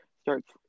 starts